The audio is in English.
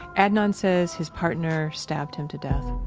adnan says his partner stabbed him to death.